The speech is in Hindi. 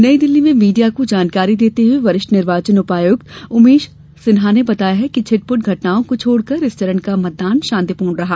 नई दिल्ली में मीडिया को जानकारी देते हुए वरिष्ठ निर्वाचन उपायुक्त उमेश सिन्हा ने बताया कि छिट पुट घटनाओं को छोड़कर इस चरण का मतदान शांतिपूर्ण रहा